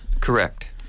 Correct